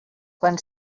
quan